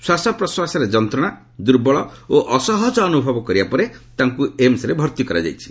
ଶ୍ୱାସ ପ୍ରଶ୍ୱାସରେ ଯନ୍ତ୍ରଣା ଦୁର୍ବଳ ଓ ଅସହଜ ଅନୁଭବ କରିବା ପରେ ତାଙ୍କୁ ଏମସ୍ରେ ଭର୍ତ୍ତି କରାଯାଇଥିଲା